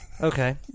Okay